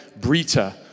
Brita